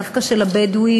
דווקא של הבדואים,